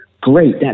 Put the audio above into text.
great